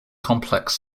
complex